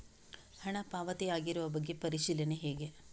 ಹಣ ಪಾವತಿ ಆಗಿರುವ ಬಗ್ಗೆ ಪರಿಶೀಲನೆ ಹೇಗೆ?